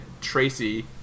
Tracy